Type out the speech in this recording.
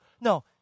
no